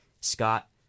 Scott